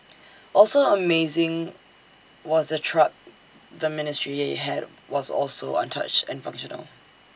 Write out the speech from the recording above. also amazing was the truck the ministry had was also untouched and functional